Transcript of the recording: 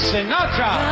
Sinatra